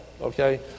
okay